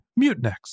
Mutinex